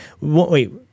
wait